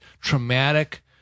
traumatic